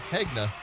Hegna